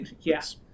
Yes